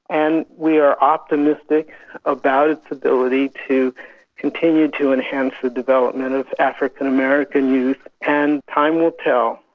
and we are optimistic about its ability to continue to enhance the development of african american youth, and time will tell.